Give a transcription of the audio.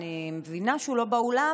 אני מבינה שהוא לא באולם,